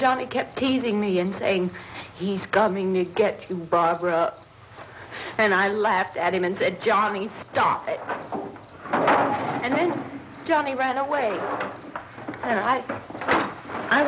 johnny kept teasing me and saying he's gonna get you barbara and i laughed at him and said johnny stop it and johnny ran away and i